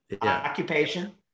Occupation